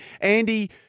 Andy